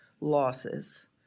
losses